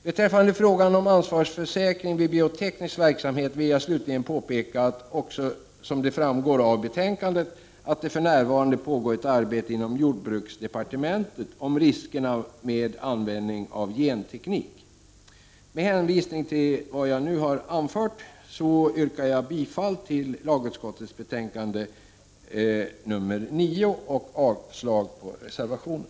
Beträffande frågan om ansvarsförsäkring vid bioteknisk verksamhet vill jag slutligen påpeka — vilket också framgår av utskottets betänkande — att det för närvarande pågår ett arbete inom jordbruksdepartementet med syfte att utreda riskerna med användning av genteknik. Med det anförda yrkar jag bifall till hemställan i lagutskottets betänkande nr 9 och avslag på reservationerna.